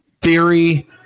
Theory